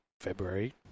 February